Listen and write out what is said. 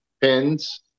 pins